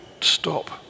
stop